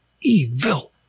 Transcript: evil